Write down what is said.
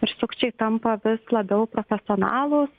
ir sukčiai tampa vis labiau profesionalūs